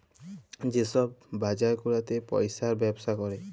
যে ছব বাজার গুলাতে পইসার ব্যবসা ক্যরে